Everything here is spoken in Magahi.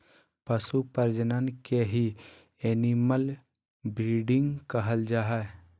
पशु प्रजनन के ही एनिमल ब्रीडिंग कहल जा हय